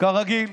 כרגיל.